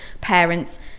parents